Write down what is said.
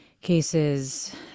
cases